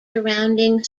surrounding